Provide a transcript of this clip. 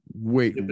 wait